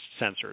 sensors